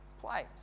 place